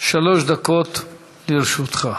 שלוש דקות לרשותך.